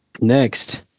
Next